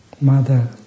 Mother